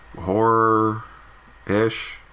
horror-ish